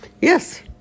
Yes